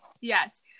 Yes